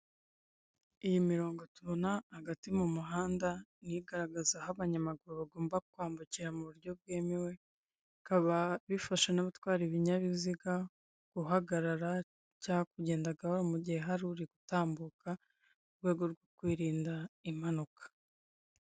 Iyi mirongo tubona hagati mu muhanda niyo igaragaza aho abanyamaguru bagomba kwambukira mu buryo bwemewe bikaba bifasha n'abatwara ibinyabiziga guhagarara cy'akugendagahoro mu gihe hari uri gutambuka mu rwego rwo kwirinda impanuka.